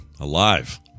Alive